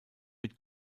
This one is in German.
mit